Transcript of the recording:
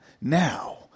now